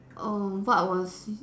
err what was